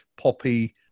poppy